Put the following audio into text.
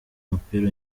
umupira